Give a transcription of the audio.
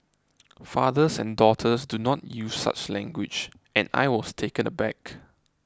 fathers and daughters do not use such language and I was taken aback